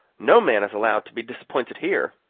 no man is allowed to be disappointed here.